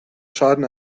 schaden